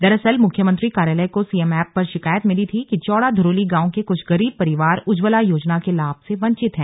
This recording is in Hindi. दरअसल मुख्यमंत्री कार्यालय को सीएम एप पर शिकायत मिली थी कि चौड़ा धुरोली गांव के कुछ गरीब परिवार उज्जवला योजना के लाभ से वंचित हैं